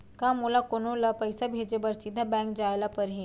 का मोला कोनो ल पइसा भेजे बर सीधा बैंक जाय ला परही?